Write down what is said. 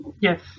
Yes